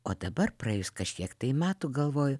o dabar praėjus kažkiek metų galvoju